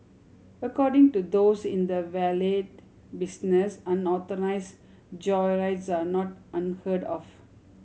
according to those in the valet business unauthorised joyrides are not unheard of